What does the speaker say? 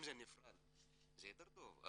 אם זה נפרד, זה יותר טוב.